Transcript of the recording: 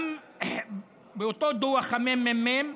מאותו דוח של הממ"מ,